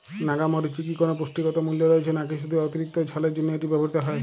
নাগা মরিচে কি কোনো পুষ্টিগত মূল্য রয়েছে নাকি শুধু অতিরিক্ত ঝালের জন্য এটি ব্যবহৃত হয়?